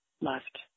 left